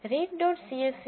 read dot CSV read